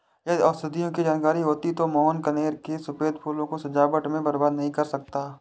यदि औषधियों की जानकारी होती तो मोहन कनेर के सफेद फूलों को सजावट में बर्बाद नहीं करता